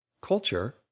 culture